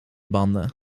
banden